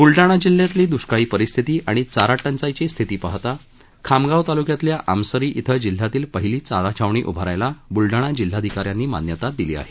ब्लडाणा जिल्ह्यातील द्ष्काळी परिस्थिती आणि चारा टंचाईची स्थिती पाहता खामगाव तालुक्यातील आमसरी इथं जिल्ह्यातील पहिली चारा छावणी उभारायला बुलडाणा जिल्हाधिका यांनी मान्यता दिली आहे